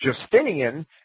Justinian